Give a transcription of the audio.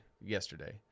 yesterday